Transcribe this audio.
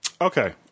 Okay